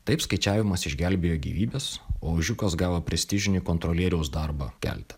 taip skaičiavimas išgelbėjo gyvybes o ožiukas gavo prestižinį kontrolieriaus darbą kelte